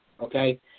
okay